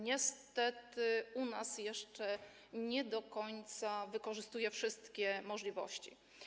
Niestety u nas jeszcze nie do końca wykorzystuje wszystkie możliwości.